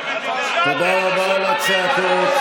תודה רבה על הצעקות.